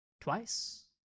twice